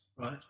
right